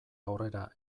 aurrera